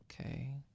Okay